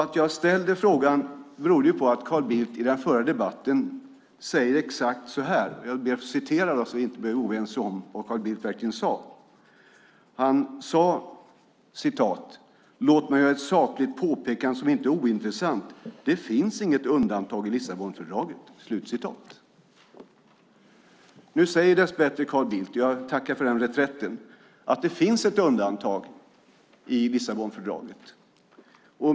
Att jag ställde frågan berodde på att Carl Bildt i den förra debatten sade exakt så här - jag ber att få citera det så att vi inte behöver vara oense om vad Carl Bildt verkligen sade: "Låt mig göra ett sakligt påpekande som inte är ointressant. Det finns inget undantag i Lissabonfördraget." Dess bättre säger nu Carl Bildt - jag tackar för den reträtten - att det finns ett undantag i Lissabonfördraget.